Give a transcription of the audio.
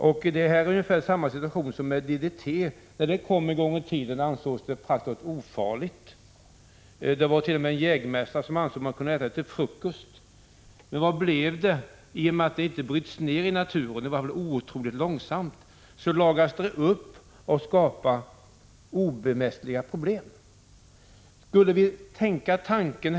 Här är det ungefär samma situation som med DDT. När det medlet kom en gång i tiden ansågs det vara praktiskt taget ofarligt. Det var t.o.m. en jägmästare som ansåg att man kunde äta det till frukost. Men hur blev det? I och med att medlet inte bryts ned i naturen — eller i varje fall bryts ned otroligt långsamt — lagras det och skapar problem som inte kan bemästras.